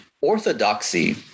orthodoxy